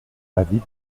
avis